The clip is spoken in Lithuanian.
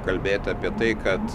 kalbėti apie tai kad